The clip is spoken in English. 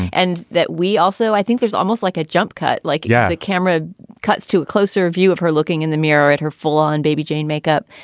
and that we also i think there's almost like a jump cut. like, yeah, the camera cuts to a closer view of her looking in the mirror at her full on baby jane makeup.